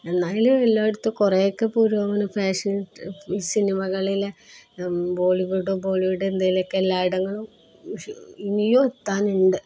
എന്നാലും എല്ലായിടത്തും കുറെയൊക്കെ പുരോഗമനം ഫാഷൻ സിനിമകളിലെ ബോളിവുഡും എന്തെങ്കിലുമൊക്കെ എല്ലായിടങ്ങളിലും ഇനിയും എത്താനുണ്ട്